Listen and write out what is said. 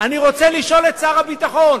"אני רוצה לשאול את שר הביטחון